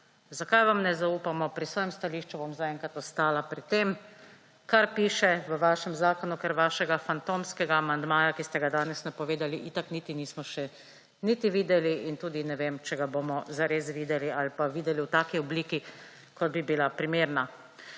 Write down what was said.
Zakaj vam ne zaupamo? Pri svojem stališču bom za enkrat ostala pri tem, kar piše v vašem zakonu, ker vašega fantomskega amandmaja, ki ste ga danes napovedali, itak niti nismo še niti videli in tudi ne vem, če ga bomo zares videli ali pa videli v taki obliki kot bi bila primerna.